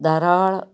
ധാരാളം